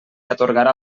atorgarà